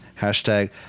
Hashtag